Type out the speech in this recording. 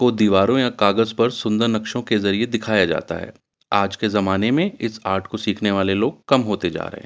کو دیواروں یا کاغذ پر سندر نقشوں کے ذریعے دکھایا جاتا ہے آج کے زمانے میں اس آرٹ کو سیکھنے والے لوگ کم ہوتے جا رہے ہیں